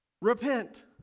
repent